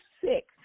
sick